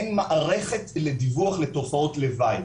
אין מערכת לדיווח לתופעות לוואי,